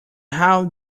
how